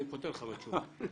אני פוטר אותך מתשובה,